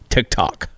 TikTok